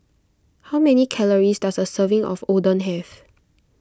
how many calories does a serving of Oden have